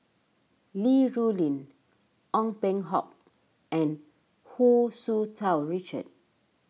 Li Rulin Ong Peng Hock and Hu Tsu Tau Richard